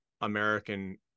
american